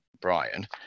Brian